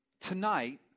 tonight